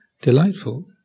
delightful